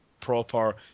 proper